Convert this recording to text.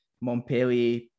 Montpellier